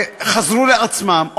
וחזרו לעצמם,